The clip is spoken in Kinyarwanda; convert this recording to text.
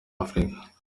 afrika